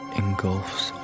engulfs